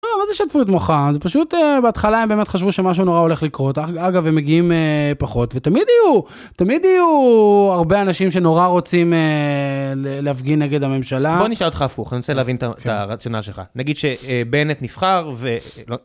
מה זה שטפו את מוחם? פשוט בהתחלה הם באמת חשבו שמשהו נורא הולך לקרות אגב הם מגיעים פחות ותמיד יהיו תמיד יהיו הרבה אנשים שנורא רוצים להפגין נגד הממשלה... בוא נשאל אותך הפוך אני רוצה להבין את הרציונל שלך נגיד שבנט נבחר.